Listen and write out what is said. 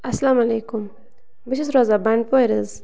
اَلسلامُ علیکُم بہٕ چھَس روزان بَنٛڈٕپورِ حظ